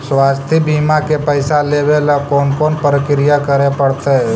स्वास्थी बिमा के पैसा लेबे ल कोन कोन परकिया करे पड़तै?